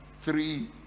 three